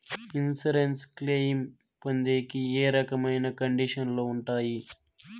Insurance claim పొందేకి ఏ రకమైన కండిషన్లు ఉంటాయి?